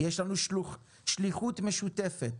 יש לנו שליחות משותפת,